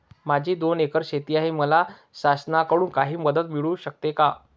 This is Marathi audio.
माझी दोन एकर शेती आहे, मला शासनाकडून काही मदत मिळू शकते का?